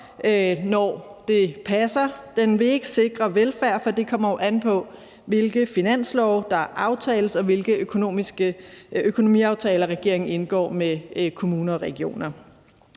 når det passer. Den vil ikke sikre velfærd, for det kommer jo an på, hvilke finanslove der aftales, og hvilke økonomiaftaler regeringen indgår med kommuner og regioner.